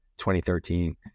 2013